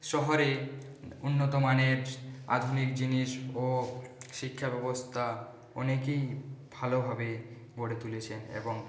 শহরে উন্নত মানের আধুনিক জিনিস ও শিক্ষাব্যবস্থা অনেকেই ভালোভাবে গড়ে তুলেছেন এবং